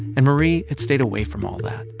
and marie had stayed away from all that.